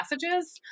messages